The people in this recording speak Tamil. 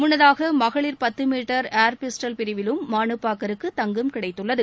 முன்னதாக மகளிர் பத்து மீட்டர் ஏர் பிஸ்டல் பிரிவில் மனு பாக்கருக்கு தங்கம் கிடைத்துள்ளது